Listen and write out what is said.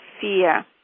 fear